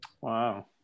Wow